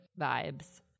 vibes